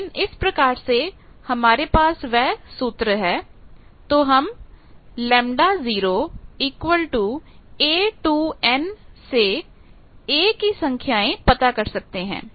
लेकिन इस प्रकार से हमारे पास वह सूत्र हैं तो हम Γ A 2N से A की संख्याएं पता कर सकते हैं